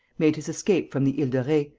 made his escape from the ile de re,